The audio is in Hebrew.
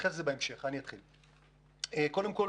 קודם כול